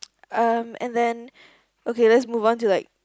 um and then okay let's move on to like